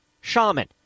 Shaman